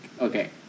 Okay